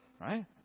Right